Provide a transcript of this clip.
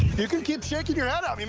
you can keep shaking your head i mean